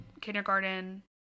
kindergarten